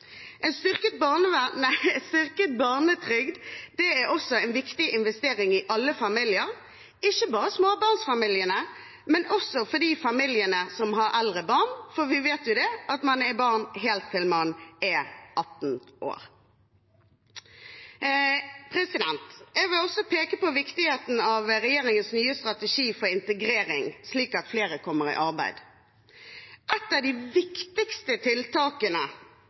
En styrket barnetrygd er også en viktig investering i alle familier, ikke bare småbarnsfamiliene, men også de familiene som har eldre barn, for vi vet jo at man er barn helt til man er 18 år. Jeg vil også peke på viktigheten av regjeringens nye strategi for integrering, som skal bidra til at flere kommer seg i arbeid. Et av de viktigste tiltakene